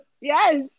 Yes